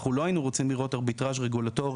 אנחנו לא היינו רוצים לראות ארביטראז' רגולטורי,